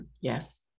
yes